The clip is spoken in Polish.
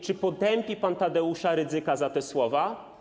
Czy potępi pan Tadeusza Rydzyka za te słowa?